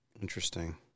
Interesting